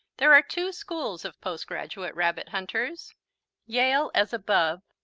there are two schools of postgraduate rabbit-hunters yale, as above,